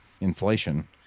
inflation